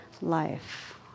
life